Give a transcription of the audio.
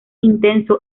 intenso